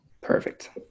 Perfect